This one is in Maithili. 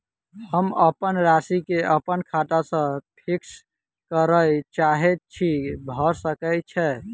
हम अप्पन राशि केँ अप्पन खाता सँ फिक्स करऽ चाहै छी भऽ सकै छै?